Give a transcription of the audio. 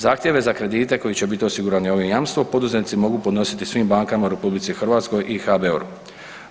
Zahtjeve za kredite koji će biti osigurani ovim jamstvom, poduzetnici mogu podnositi svim bankama u RH i HBOR-u.